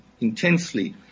intensely